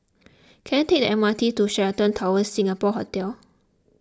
can I take the M R T to Sheraton Towers Singapore Hotel